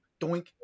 doink